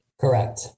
Correct